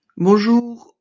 Bonjour